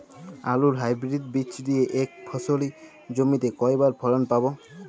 আলুর হাইব্রিড বীজ দিয়ে এক ফসলী জমিতে কয়বার ফলন পাব?